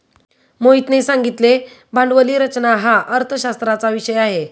मोहितने सांगितले भांडवली रचना हा अर्थशास्त्राचा विषय आहे